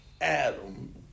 Adam